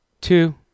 two